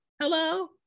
Hello